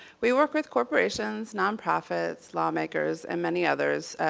we work with corporations, nonprofits, lawmakers, and many others,